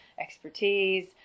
expertise